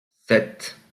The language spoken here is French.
sept